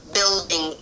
building